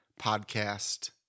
Podcast